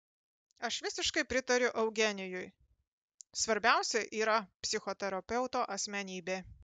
aš visiškai pritariu eugenijui svarbiausia yra psichoterapeuto asmenybė